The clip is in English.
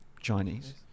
Chinese